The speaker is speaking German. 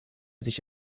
sich